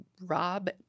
Rob